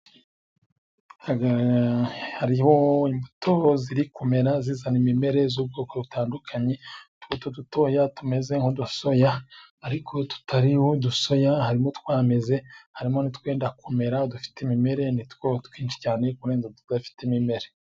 Hariho imbuto ziri kumera zizana imimere y'ubwoko butandukanye, utubuto dutoya tumeze nk'udusoya ariko tutari udusoya ,harimo utwameze harimo n'utwenda kumera, udufite imimere ni two twinshi cyane kurenza utudafite imimere.